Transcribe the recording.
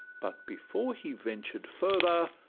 but before he ventured further,